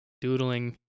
doodling